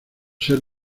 ser